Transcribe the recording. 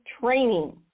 training